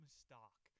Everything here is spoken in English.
stock